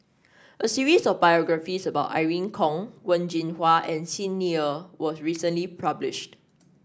a series of biographies about Irene Khong Wen Jinhua and Xi Ni Er was recently published